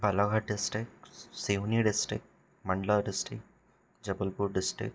Balaghat district Seoni district Mandla district Jabalpur district